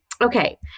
okay